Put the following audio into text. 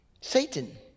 Satan